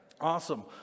Awesome